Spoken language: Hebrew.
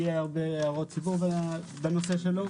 יהיו הרבה הערות ציבור בנושא שלו.